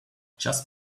just